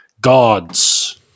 gods